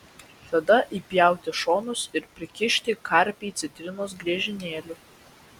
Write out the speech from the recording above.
tada įpjauti šonus ir prikišti karpį citrinos griežinėlių